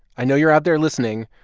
i know you're out there listening.